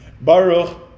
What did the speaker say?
Baruch